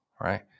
right